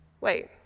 Wait